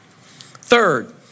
Third